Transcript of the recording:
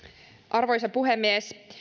arvoisa puhemies